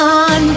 on